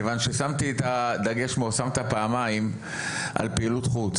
כיוון ששמתי את הדגש על פעילות חוץ.